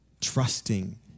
Trusting